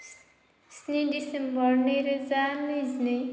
स्नि डिसेम्बर नैरोजा नैजिनै